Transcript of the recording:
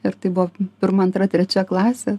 ir tai buvo pirma antra trečia klasė